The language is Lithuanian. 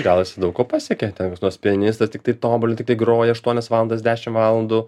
gal jisai daug ko pasiekė koks nors pianistas tiktai tobulin tik tai groja aštuonias valandas dešim valandų